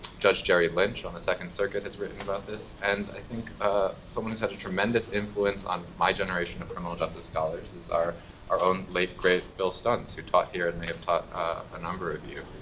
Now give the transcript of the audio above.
judge gerry lynch, on the second circuit, has written about this. and i think someone who's had a tremendous influence on my generation of criminal justice scholars is our our own late, great bill stuntz, who taught here and may have taught a number of you,